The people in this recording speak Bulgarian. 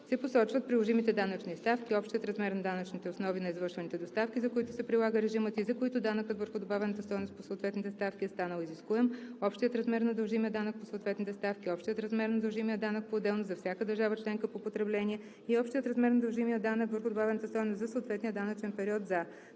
се посочват приложимите данъчни ставки, общият размер на данъчните основи на извършените доставки, за които се прилага режимът и за които данъкът върху добавената стойност по съответните ставки е станал изискуем, общият размер на дължимия данък по съответните ставки, общият размер на дължимия данък поотделно за всяка държава членка по потребление и общият размер на дължимия данък върху добавената стойност за съответния данъчен период, за: